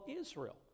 Israel